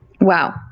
Wow